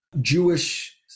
Jewish